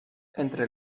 entre